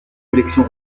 collection